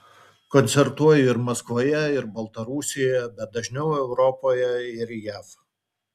koncertuoju ir maskvoje ir baltarusijoje bet dažniau europoje ir jav